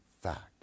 fact